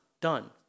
done